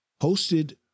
hosted